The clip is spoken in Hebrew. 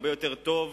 הרבה יותר טוב,